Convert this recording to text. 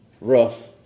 rough